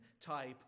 type